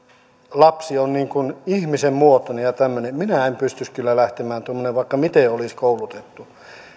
lapsi on niin kuin ihmisen muotoinen ja tämmöinen minä en pystyisi kyllä lähtemään tuommoiseen vaikka miten olisin koulutettu